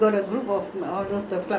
you go cycling all that